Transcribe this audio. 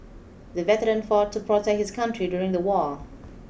the veteran fought to protect his country during the war